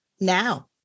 now